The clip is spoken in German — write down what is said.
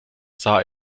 sah